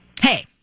Hey